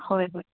হয় হয়